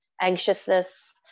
anxiousness